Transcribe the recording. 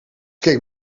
keek